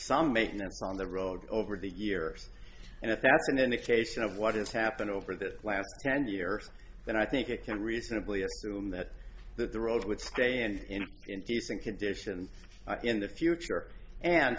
some maintenance on the road over the years and if that's an indication of what has happened over the last ten years then i think it can reasonably assume that that the road would stay in decent condition in the future and